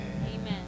Amen